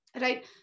right